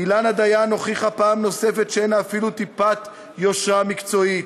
אילנה דיין הוכיחה פעם נוספת שאין לה אפילו טיפת יושרה מקצועית.